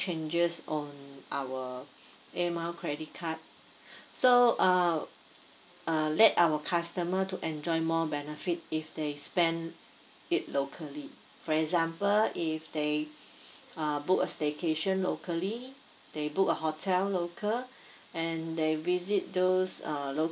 changes on our air mile credit card so uh err let our customer to enjoy more benefit if they spend it locally for example if they uh book a staycation locally they book a hotel local and they visit those err local